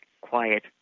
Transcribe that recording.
quiet